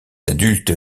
adultes